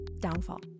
downfall